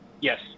Yes